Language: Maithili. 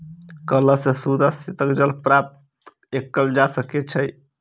कअल सॅ शुद्ध आ शीतल जल प्राप्त कएल जा सकै छै